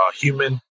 human